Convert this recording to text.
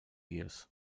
years